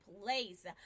place